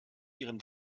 ihren